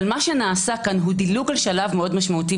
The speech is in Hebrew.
אבל מה שנעשה כאן הוא דילוג על שלב מאוד משמעותי,